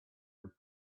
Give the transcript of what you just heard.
would